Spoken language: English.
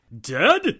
Dead